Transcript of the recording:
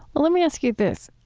let me ask you this.